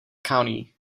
county